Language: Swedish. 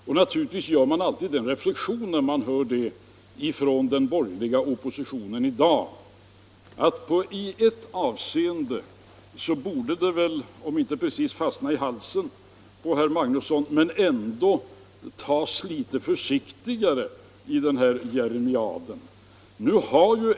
Och när man hör de tongångarna från den borgerliga oppositionen i dag gör man alltid den reflexionen, att även om talet inte precis fastnar i halsen på herr Magnusson borde han väl ändå ta det litet försiktigare med de jeremiaderna.